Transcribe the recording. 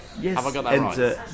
Yes